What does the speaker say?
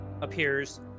appears